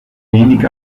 wenig